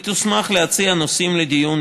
היא תוסמך להציע נושאים לדיון,